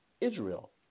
Israel